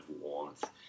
warmth